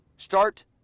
Start